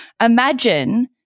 imagine